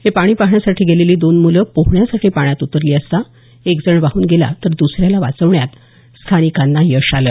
हे पाणी पाहण्यासाठी गेलेली दोन मूलं पोहण्यासाठी पाण्यात उतरले असता एक जण वाहून गेला तर दसऱ्याला वाचवण्यात स्थानिकांना यश आलं